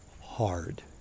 hard